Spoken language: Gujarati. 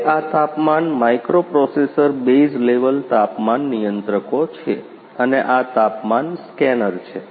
હવે આ તાપમાન માઇક્રોપ્રોસેસર બેઝ લેવલ તાપમાન નિયંત્રકો છે અને આ તાપમાન સ્કેનર છે